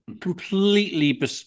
completely